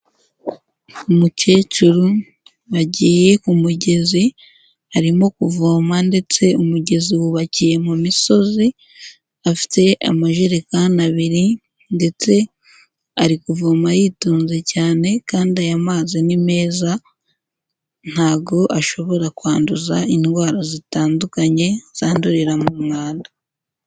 Umukecuru wagiye ku mugezi arimo kuvoma ndetse umugezi wubakiye mu misozi, afite amajerekani abiri ndetse ari kuvoma yitonze cyane kandi aya mazi ni meza ntago ashobora kwanduza indwara zitandukanye zandurira mu mwanda.